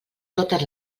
totes